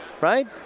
Right